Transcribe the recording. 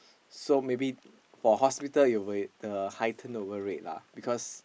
so maybe for hospital it will the high turnover rate lah because